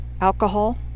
alcohol